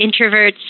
introverts